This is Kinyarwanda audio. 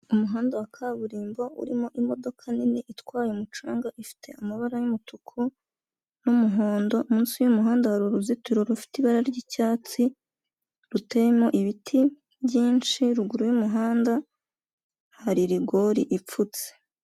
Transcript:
Umuhanda wa kaburimbo urimo imodoka nini itwaye umucanga ifite amabara y'umutuku n'umuhondo, munsi y'umuhanda hari uruzitiro rufite ibara ry'icyatsi ruteyemo ibiti byinshi, ruguru y'umuhanda hari rigore ipfutse.